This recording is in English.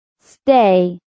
Stay